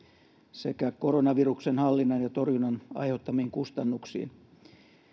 sekä koronaviruksen hallinnan ja torjunnan aiheuttamiin kustannuksiin